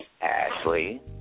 Ashley